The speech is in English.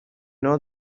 know